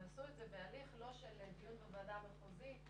והם עשו את זה בהליך לא של דיון בוועדה המחוזית,